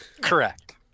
Correct